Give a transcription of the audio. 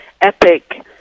epic